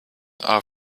are